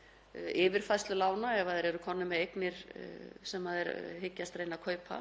samtöl um yfirfærslu lána ef þeir eru komnir með eignir sem þeir hyggjast reyna að kaupa.